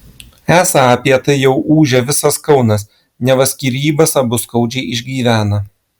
esą apie tai jau ūžia visas kaunas neva skyrybas abu skaudžiai išgyvena